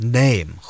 name